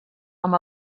amb